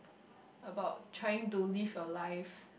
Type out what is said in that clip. about trying to live a life